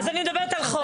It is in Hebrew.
אז אני מדברת על חוק,